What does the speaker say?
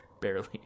Barely